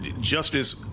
Justice